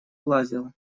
лазил